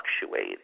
fluctuate